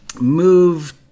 Move